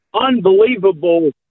unbelievable